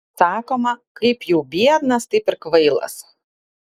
sakoma kaip jau biednas taip ir kvailas